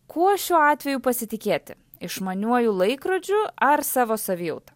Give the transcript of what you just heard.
kuo šiuo atveju pasitikėti išmaniuoju laikrodžiu ar savo savijauta